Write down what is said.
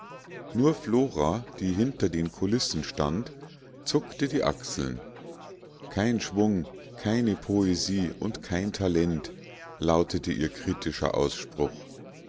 nur flora die hinter den kulissen stand zuckte die achseln kein schwung keine poesie und kein talent lautete ihr kritischer ausspruch